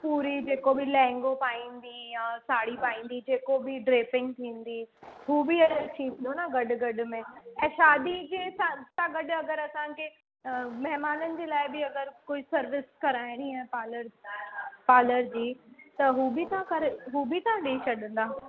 पूरी जेको बि लैंगो पाईंदी यां साड़ी पाईंदी जेको बि ड्रेसिंग थींदी हू बि अची वेंदो न गॾु गॾु में ऐं शादी जे शादी सां गॾु अगरि असांखे महिमाननि जे लाइ बि अगरि कुझु सर्विस कराइणी आहे पार्लर पार्लर जी त हू बि तव्हां करे हू बि तव्हां ॾेई छॾींदा